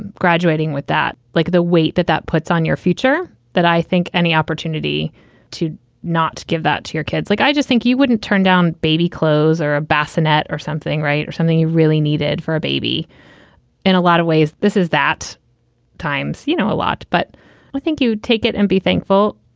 and graduating with that, like the weight that that puts on your future, that i think any opportunity to not give that to your kids. like i just think you wouldn't turn down baby clothes or a bassinet or something. right. or something you really needed for a baby in a lot of ways. this is that times, you know, a lot. but i think you take it and be thankful.